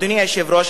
אדוני היושב-ראש,